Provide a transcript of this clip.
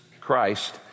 Christ